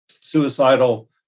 suicidal